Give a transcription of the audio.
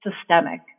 systemic